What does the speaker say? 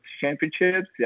championships